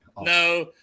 No